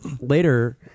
later